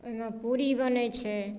ओहिमे पूरी बनैत छै